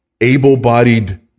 able-bodied